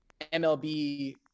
MLB